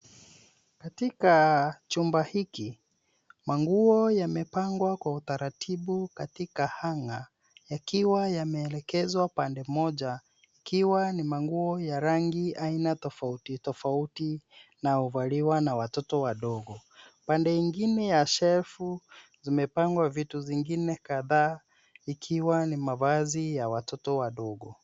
Katika chumba hiki, manguo yamepangwa kwa utaratibu katika hunger yakiwa yameelekezwa pande moja yakiwa ni manguo ya rangi aina tofauti tofauti na huvaliwa na watoto wadogo. Pande ingine ya shelfu zimepangwa vitu zingine kadhaa ikiwa ni mavazi ya watoto wadogo.